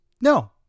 No